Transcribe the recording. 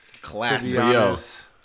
Classic